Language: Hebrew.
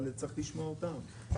אבל צריך לשמוע אותם.